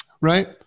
right